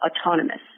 autonomous